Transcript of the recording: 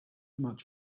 much